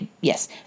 yes